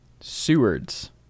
Sewards